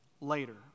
later